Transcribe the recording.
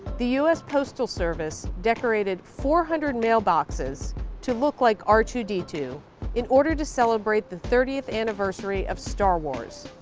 the us postal service decorated four hundred mailboxes to look like r two d two in order to celebrate the thirtieth anniversary of star wars.